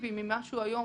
אטרקטיבי ממה שהוא היום,